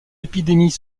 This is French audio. épidémies